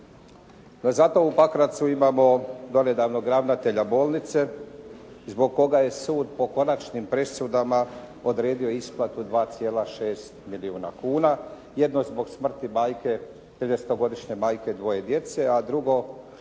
Zato u Pakracu imamo donedavnog ravnatelja bolnice zbog koga je sud po konačnim presudama odredio isplatu 2,6 milijuna kuna jedno zbog smrti 30-godišnje majke dvoje djece, a drugo